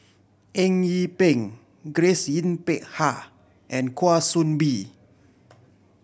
Eng Yee Peng Grace Yin Peck Ha and Kwa Soon Bee